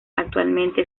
actualmente